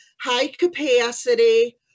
high-capacity